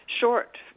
short